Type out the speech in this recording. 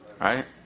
right